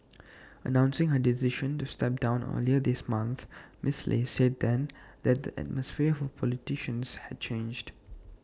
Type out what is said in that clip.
announcing her decision to step down earlier this month miss lee said then that the atmosphere for politicians had changed